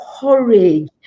courage